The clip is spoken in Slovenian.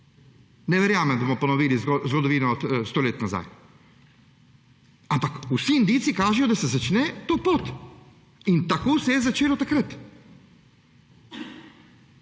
Ne verjamem, da bomo ponovili zgodovino za sto let nazaj. Ampak vsi indici kažejo, da se začne to pot in tako se je začelo takrat.